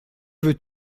veux